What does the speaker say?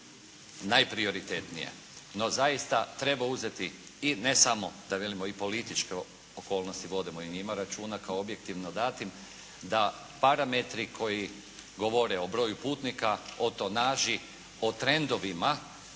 najprioritenije. No, zaista treba uzeti i ne samo da velimo i političke okolnosti vodimo i o njima računa kao objektivno datim, da parametri koji govore o broju putnika, o tonaži, o trendovima